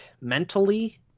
mentally